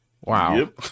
Wow